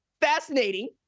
fascinating